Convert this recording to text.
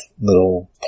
little